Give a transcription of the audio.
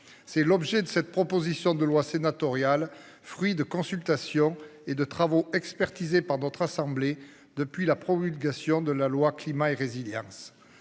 C'est l'objet de cette proposition de loi sénatoriale, fruit de consultations et de travaux expertisée par notre assemblée depuis la promulgation de la loi climat et résilience